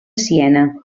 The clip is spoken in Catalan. siena